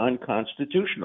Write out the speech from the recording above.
unconstitutional